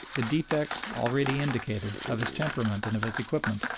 the defects, already indicated, of his temperament and of his equipment,